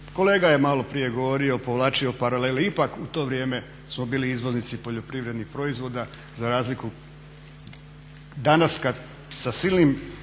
kolega je malo prije govorio, povlačio paralelu ipak u to vrijeme smo bili izvoznici poljoprivrednih proizvoda za razliku danas kada sa silnim